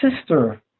sister